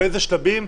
באיזה שלבים,